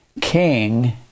king